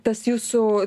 tas jūsų